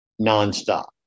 nonstop